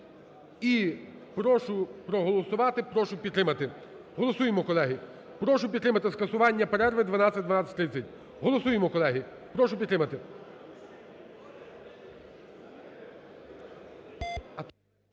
І прошу проголосувати, прошу підтримати. Голосуємо, колеги. Прошу підтримати скасування перерви 12-12:30. Голосуємо, колеги, прошу підтримати.